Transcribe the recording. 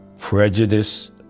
Prejudice